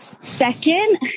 Second